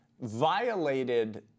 violated